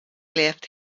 left